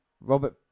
Robert